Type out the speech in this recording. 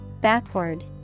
Backward